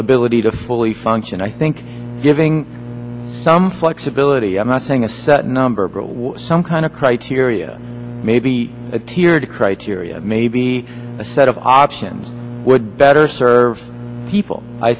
ability to fully function i think giving some flexibility i'm not saying a set number but some kind of criteria maybe a tiered criteria maybe a set of options would better serve people i